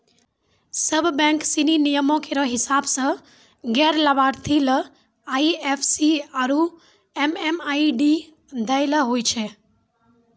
सब बैंक सिनी नियमो केरो हिसाब सें गैर लाभार्थी ले आई एफ सी आरु एम.एम.आई.डी दै ल होय छै